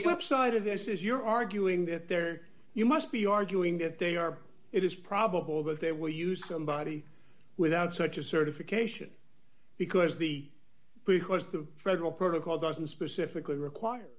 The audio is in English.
flipside of this is you're arguing that there you must be arguing that they are it is probable that they will use somebody without such a certification because the because the federal protocol doesn't specifically require